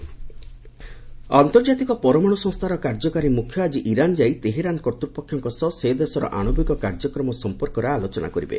UN Iran ଆନ୍ତର୍ଜାତିକ ପରମାଣୁ ସଂସ୍ଥାର କାର୍ଯ୍ୟକାରୀ ମୁଖ୍ୟ ଆଜି ଇରାନ ଯାଇ ତେହେରାନ କର୍ତ୍ତୃପକ୍ଷଙ୍କ ସହ ସେ ଦେଶର ଆଶବିକ କାର୍ଯ୍ୟକ୍ରମ ସଂପର୍କରେ ଆଲୋଚନା କରିବେ